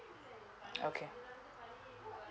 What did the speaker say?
okay